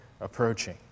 approaching